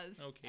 Okay